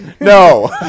No